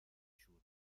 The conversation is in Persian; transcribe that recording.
شعور